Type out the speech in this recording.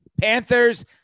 Panthers